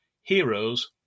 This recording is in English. heroes